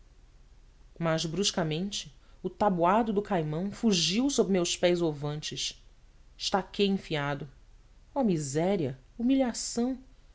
mas bruscamente o tabuado do caimão fugiu sob meus pés ovantes estaquei enfiado oh miséria humilhação